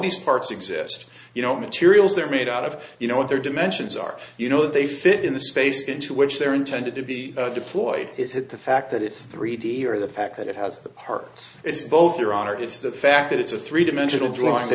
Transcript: these parts exist you know materials they're made out of you know other dimensions are you know they fit in the space into which they're intended to be deployed is it the fact that it's three d or the fact that it has the parts it's both your honor it's the fact that it's a three dimensional drawing to